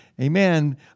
Amen